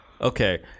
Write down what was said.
okay